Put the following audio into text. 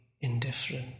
indifferent